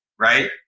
Right